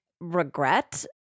regret